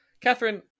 Catherine